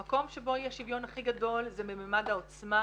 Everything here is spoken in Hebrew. המקום שבו אי השוויון הכי גדול זה במימד העוצמה.